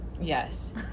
yes